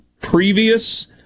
previous